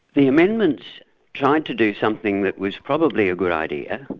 the amendments tried to do something that was probably a good idea,